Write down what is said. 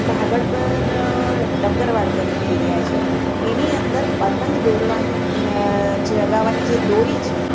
એક ભાગળ પર ડબગરવાડ કરીને એરિયા છે એની અંદર પતંગ દોરવા ચગાવવાની જે દોરી છે